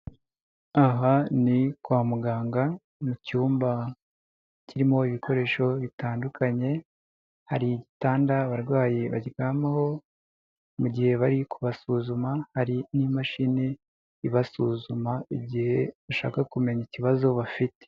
Aha ni kwa muganga mu cyumba kirimo ibikoresho bitandukanye, hari igitanda abarwayi baryamaho mu gihe bari kubasuzuma, hari n'imashini ibasuzuma igihe bashaka kumenya ikibazo bafite.